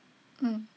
mm